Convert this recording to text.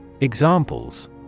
Examples